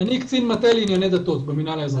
קצין מטה לענייני דתות במנהל האזרחי.